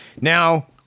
Now